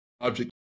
object